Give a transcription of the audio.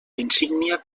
insígnia